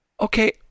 Okay